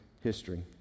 history